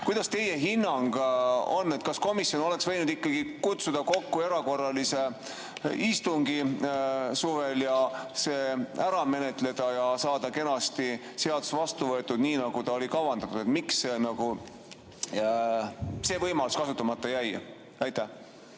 Kuidas teie hinnang on, kas komisjon oleks võinud ikkagi kutsuda suvel kokku erakorralise istungi, see ära menetleda ja saada kenasti seadus vastu võetud, nii nagu oli kavandatud? Miks see võimalus kasutamata jäi? Suur